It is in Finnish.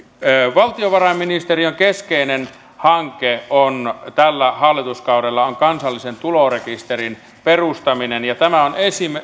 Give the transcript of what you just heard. valtiovarainministeriön keskeinen hanke tällä hallituskaudella on kansallisen tulorekisterin perustaminen ja tämä on